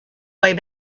way